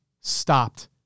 stopped